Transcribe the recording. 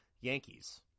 Yankees